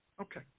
Okay